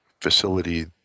facility